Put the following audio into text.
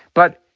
but,